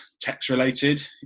text-related